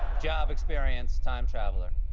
job experience time-traveller.